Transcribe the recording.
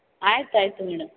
ಆಯ್ತು ಆಯಿತು ಮೇಡಮ್